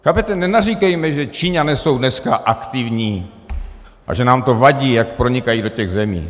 Chápete, nenaříkejme, že Číňané jsou dneska aktivní a že nám to vadí, jak pronikají do těch zemí.